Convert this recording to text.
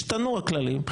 ישתנו הכללים,